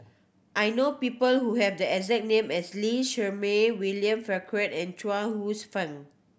I know people who have the exact name as Lee Shermay William Farquhar and Chuang Hsueh Fang